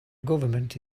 government